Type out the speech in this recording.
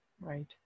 Right